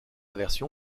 version